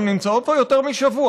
הן נמצאות פה יותר משבוע,